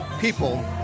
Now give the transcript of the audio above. people